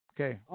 Okay